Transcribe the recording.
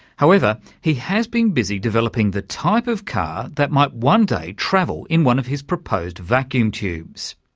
however, he has been busy developing the type of car that might one day travel in one of his proposed vacuum tubes.